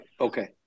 Okay